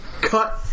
Cut